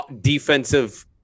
defensive